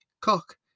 cock